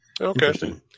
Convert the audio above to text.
Okay